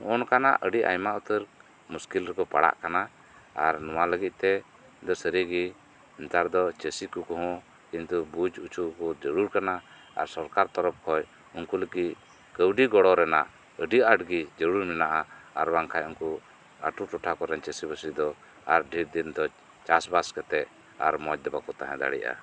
ᱱᱚᱜ ᱱᱚᱠᱟᱱᱟᱝ ᱟᱹᱰᱤ ᱟᱭᱢᱟ ᱩᱛᱟᱹᱨ ᱢᱩᱥᱠᱤᱞ ᱨᱮᱠᱚ ᱯᱟᱲᱟᱜ ᱠᱟᱱᱟ ᱟᱨ ᱱᱚᱶᱟ ᱞᱟᱹᱜᱤᱫ ᱛᱮ ᱥᱟᱹᱨᱤ ᱜᱮ ᱱᱮᱛᱟᱨ ᱫᱚ ᱪᱟᱹᱥᱤ ᱠᱚ ᱠᱚᱦᱚᱸ ᱠᱤᱱᱛᱩ ᱵᱩᱡ ᱚᱪᱚᱭᱟᱠᱚ ᱡᱟᱹᱨᱩᱲ ᱠᱟᱱᱟᱟᱨ ᱟᱨ ᱥᱚᱨᱠᱟᱨ ᱛᱚᱨᱚᱵ ᱠᱷᱚᱱ ᱩᱱᱠᱩ ᱞᱟᱹᱜᱤᱫ ᱠᱟᱹᱣᱰᱤ ᱜᱚᱲᱚ ᱨᱮᱭᱟᱜ ᱟᱹᱰᱤ ᱟᱸᱴ ᱜᱮ ᱡᱟᱹᱨᱩᱲ ᱢᱮᱱᱟᱜᱼᱟ ᱟᱨ ᱵᱟᱝᱠᱷᱟᱱ ᱩᱱᱠᱩ ᱟᱹᱛᱩ ᱴᱚᱴᱷᱟ ᱠᱚᱨᱮᱱ ᱪᱟᱹᱥᱤ ᱵᱟᱹᱥᱤ ᱫᱚ ᱟᱨ ᱰᱷᱮᱨ ᱫᱤᱱ ᱫᱚ ᱪᱟᱥ ᱵᱟᱥ ᱠᱟᱛᱮᱫ ᱟᱨ ᱢᱚᱸᱡᱽ ᱫᱚ ᱵᱟᱠᱚ ᱛᱟᱦᱮᱸ ᱫᱟᱲᱮᱭᱟᱜᱼᱟ